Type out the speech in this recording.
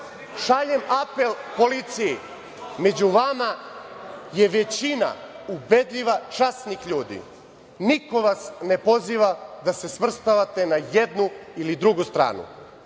trpe. Šaljem apel policiji, među vama je većina ubedljiva časnih ljudi. Niko vas ne poziva da se svrstavate na jednu ili drugu stranu.